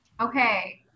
Okay